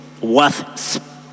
worth